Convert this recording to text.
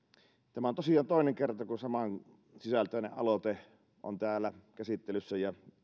tämä on tosiaan toinen kerta kun samansisältöinen aloite on täällä käsittelyssä ja